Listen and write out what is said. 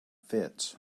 fits